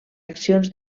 accions